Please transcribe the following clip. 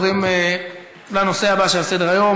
אנחנו עוברים לנושא הבא שעל סדר-היום,